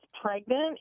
pregnant